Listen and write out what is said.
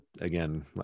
again